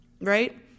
right